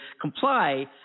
comply